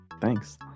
Thanks